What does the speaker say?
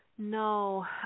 No